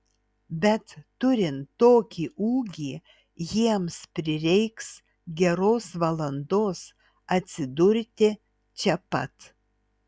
bet turint tokį ūgį jiems prireiks geros valandos atsidurti čia pat